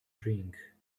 drink